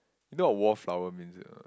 you know what a wallflower means or not